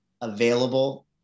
available